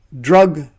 drug